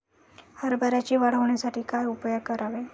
हरभऱ्याची वाढ होण्यासाठी काय उपाय करावे?